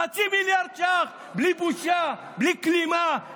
חצי מיליארד ש"ח בלי בושה, בלי כלימה.